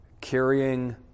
carrying